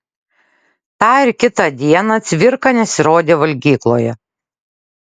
tą ir kitą dieną cvirka nesirodė valgykloje